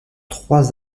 trois